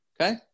Okay